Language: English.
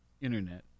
internet